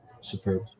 superb